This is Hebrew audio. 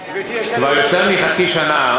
שנה,